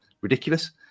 ridiculous